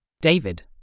David